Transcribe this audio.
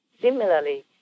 Similarly